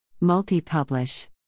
Multi-publish